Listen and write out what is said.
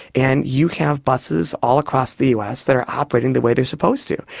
and you have buses all across the us that are operating the way they are supposed to,